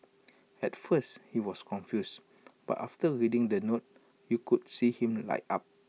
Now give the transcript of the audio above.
at first he was confused but after reading the note you could see him light up